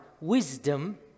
wisdom